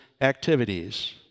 activities